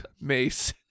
Mace